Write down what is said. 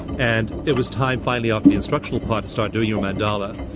and it was time finally, after the instructional part to start doing your mandala.